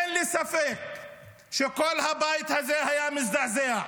אין לי ספק שכל הבית הזה היה מזדעזע,